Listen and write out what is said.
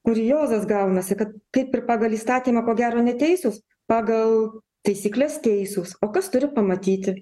kuriozas gaunasi kad kaip ir pagal įstatymą ko gero neteisūs pagal taisykles teisūs o kas turi pamatyti